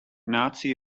nazi